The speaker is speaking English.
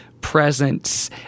presence